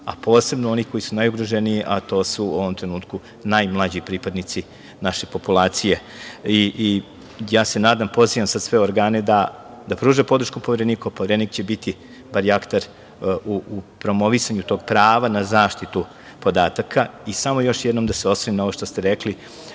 a posebno onih koji su najugroženiji, a to su u ovom trenutku najmlađi pripadnici naše populacije. Pozivam sve organe da pruže podršku Povereniku, a Poverenik će biti barjaktar u promovisanju tog prava na zaštitu podataka. Samo još jednom da se osvrnem na ovo što ste rekli,